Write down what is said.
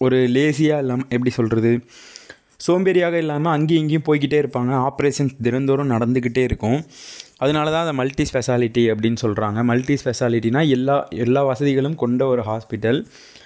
ஒரு லேஸியாக இல்லாமல் எப்படி சொல்கிறது சோம்பேறியாக இல்லாமல் அங்கேயும் இங்கேயும் போய்கிட்டே இருப்பாங்க ஆப்ரேஷன் தினந்தோறும் நடந்துக்கிட்டே இருக்கும் அதனால் தான் அதை மல்டி ஸ்பெசாலிட்டி அப்படினு சொல்கிறாங்க மல்டி ஸ்பெசாலிட்டினா எல்லா எல்லா வசதிகளும் கொண்ட ஒரு ஹாஸ்பிட்டல்